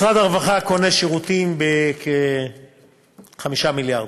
משרד הרווחה קונה שירותים בכ-5 מיליארד.